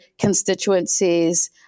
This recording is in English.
constituencies